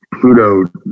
Pluto